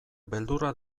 beldurra